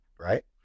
right